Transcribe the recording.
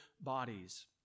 bodies